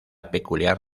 peculiar